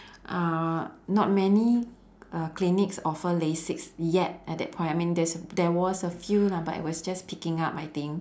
uh not many uh clinics offer lasik yet at the point I mean there's there was a few lah but it was just picking up I think